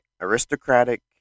aristocratic